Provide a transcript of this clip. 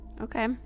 Okay